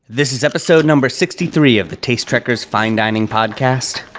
this is episode number sixty three of the taste trekkers find dining podcast.